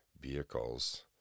vehicles